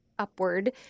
Upward